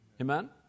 Amen